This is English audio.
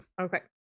Okay